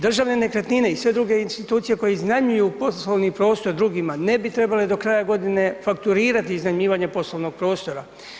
Državne nekretnine i sve druge institucije koje iznajmljuju poslovni prostorni prostor drugima ne bi trebale do kraja godine fakturirati iznajmljivanje poslovnog prostora.